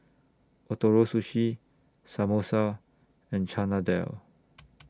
Ootoro Sushi Samosa and Chana Dal